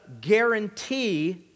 guarantee